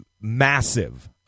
massive